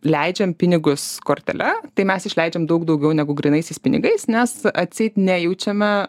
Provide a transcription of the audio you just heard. leidžiam pinigus kortele tai mes išleidžiam daug daugiau negu grynaisiais pinigais nes atseit nejaučiame